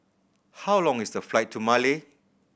how long is the flight to Male